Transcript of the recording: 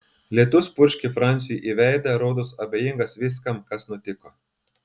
lietus purškė franciui į veidą rodos abejingas viskam kas nutiko